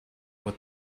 what